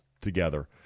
together